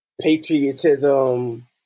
patriotism